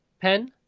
pen